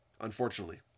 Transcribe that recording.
unfortunately